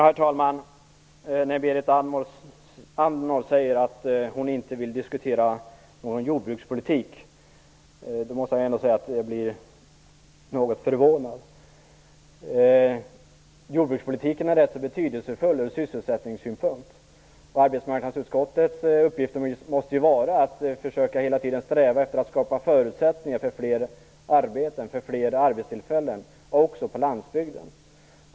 Herr talman! När Berit Andnor säger att hon inte vill diskutera jordbrukspolitik måste jag säga att jag blir något förvånad. Jordbrukspolitiken är rätt betydelsefull ur sysselsättningssynpunkt, och arbetsmarknadsutskottets uppgift måste ju vara att hela tiden försöka sträva efter att skapa förutsättningar för fler arbetstillfällen - också på landsbygden.